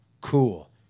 cool